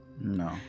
No